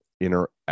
interact